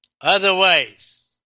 Otherwise